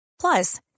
Plus